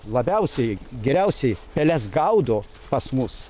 labiausiai geriausiai peles gaudo pas mus